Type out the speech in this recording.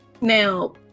Now